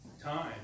time